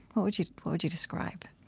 what would you would you describe?